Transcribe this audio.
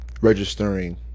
registering